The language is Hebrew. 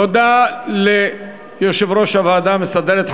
תודה ליושב-ראש הוועדה המסדרת,